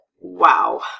wow